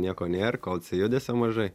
nieko nėr kol judesio mažai